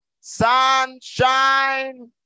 sunshine